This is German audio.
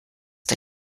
der